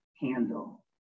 handle